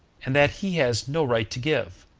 and that he has no right to give.